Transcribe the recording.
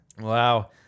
Wow